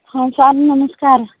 ହଁ ସାର୍ ନମସ୍କାର